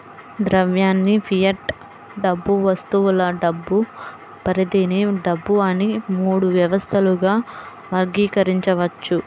ద్రవ్యాన్ని ఫియట్ డబ్బు, వస్తువుల డబ్బు, ప్రతినిధి డబ్బు అని మూడు వ్యవస్థలుగా వర్గీకరించవచ్చు